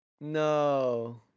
No